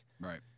Right